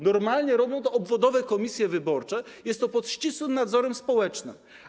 Normalnie robią to obwodowe komisje wyborcze, jest to pod ścisłym nadzorem społecznym.